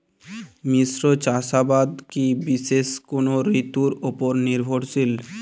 মিশ্র চাষাবাদ কি বিশেষ কোনো ঋতুর ওপর নির্ভরশীল?